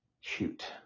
shoot